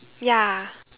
ya